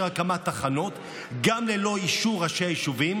הקמת תחנות גם ללא אישור ראשי היישובים.